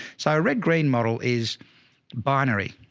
so red green model is binary.